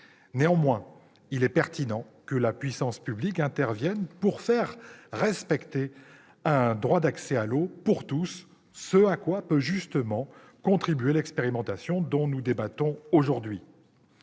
mais l'intervention de la puissance publique demeure pertinente pour faire respecter un droit d'accès à l'eau pour tous, ce à quoi peut justement contribuer l'expérimentation dont nous débattons aujourd'hui.